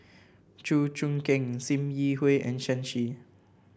Chew Choo Keng Sim Yi Hui and Shen Xi